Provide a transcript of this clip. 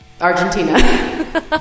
Argentina